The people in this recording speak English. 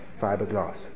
fiberglass